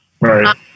right